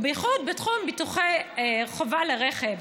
ובייחוד בתחום ביטוחי חובה לרכב.